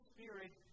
Spirit